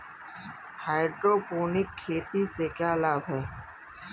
Hydroponic खेती से क्या लाभ हैं?